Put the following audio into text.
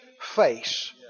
face